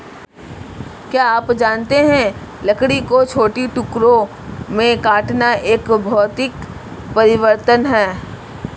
क्या आप जानते है लकड़ी को छोटे टुकड़ों में काटना एक भौतिक परिवर्तन है?